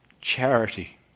Charity